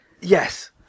Yes